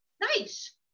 nice